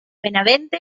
benavente